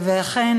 ואכן,